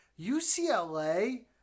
UCLA